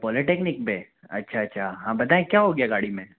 polytechnic पे अच्छा अच्छा हाँ बताएं क्या हो गया गाड़ी में